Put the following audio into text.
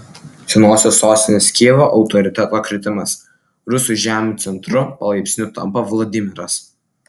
senosios sostinės kijevo autoriteto kritimas rusų žemių centru palaipsniui tampa vladimiras